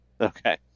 Okay